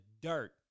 dirt